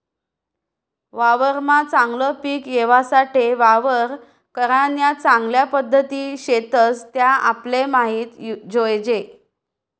वावरमा चागलं पिक येवासाठे वावर करान्या चांगल्या पध्दती शेतस त्या आपले माहित जोयजे